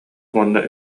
уонна